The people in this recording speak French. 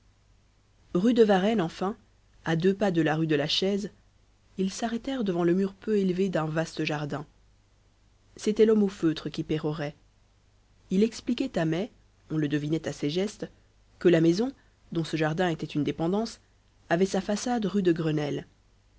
rue de varennes enfin à deux pas de la rue de la chaise ils s'arrêtèrent devant le mur peu élevé d'un vaste jardin c'était l'homme au feutre qui pérorait il expliquait à mai on le devinait à ses gestes que la maison dont ce jardin était une dépendance avait sa façade rue de grenelle